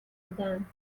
بودند